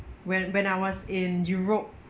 when when I was in europe